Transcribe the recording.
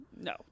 No